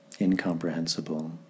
incomprehensible